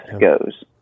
goes